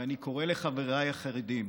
ואני קורא לחבריי החרדים: